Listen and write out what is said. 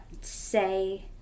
say